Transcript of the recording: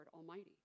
Almighty